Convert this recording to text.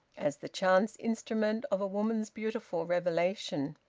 as the chance instrument of a woman's beautiful revelation.